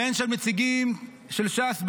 ואין בהן נציגים של ש"ס ברובן.